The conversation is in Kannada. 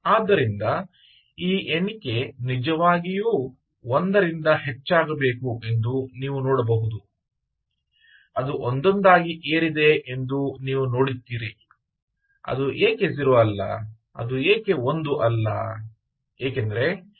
ಆದ್ದರಿಂದ ಈ ಎಣಿಕೆ ನಿಜವಾಗಿಯೂ ಒಂದರಿಂದ ಹೆಚ್ಚಾಗಬೇಕು ಎಂದು ನೀವು ನೋಡಬಹುದು ಅದು ಒಂದೊಂದಾಗಿ ಏರಿದೆ ಎಂದು ನೀವು ನೋಡುತ್ತೀರಿ ಅದು ಏಕೆ 0 ಅಲ್ಲ ಏಕೆ ಅದು 1 ಅಲ್ಲ